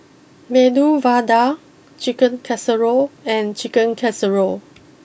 Medu Vada Chicken Casserole and Chicken Casserole